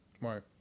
Right